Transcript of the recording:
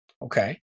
Okay